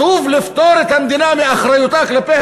שוב לפטור את המדינה מאחריותה כלפי